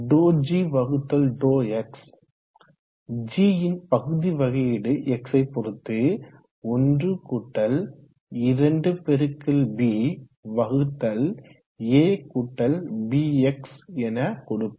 ∂g∂x g ன் பகுதி வகையீடு x யை பொறுத்து 1abx எனக் கொடுக்கும்